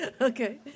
Okay